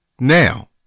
Now